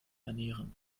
ernähren